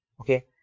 Okay